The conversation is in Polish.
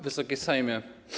Wysoki Sejmie!